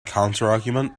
counterargument